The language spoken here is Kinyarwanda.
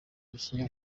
abakinnyi